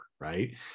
right